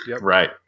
Right